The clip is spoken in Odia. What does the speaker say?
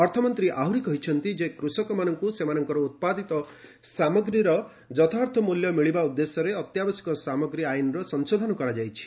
ଅର୍ଥମନ୍ତ୍ରୀ ଆହୁରି କହିଛନ୍ତି କୃଷକମାନଙ୍କୁ ସେମାନଙ୍କର ଉତ୍ପାଦିତ ସାମଗ୍ରୀର ଯଥାର୍ଥ ମିଲ୍ୟ ମିଳିବା ଉଦ୍ଦେଶ୍ୟରେ ଅତ୍ୟାବଶ୍ୟକ ସାମଗ୍ରୀ ଆଇନର ସଂଶୋଧନ କରାଯାଇଛି